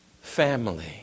family